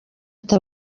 ati